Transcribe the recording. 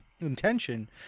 intention